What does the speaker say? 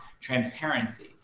transparency